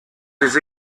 des